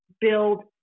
build